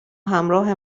همراه